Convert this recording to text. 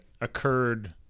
occurred